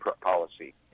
policy